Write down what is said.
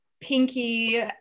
pinky